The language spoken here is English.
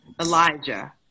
Elijah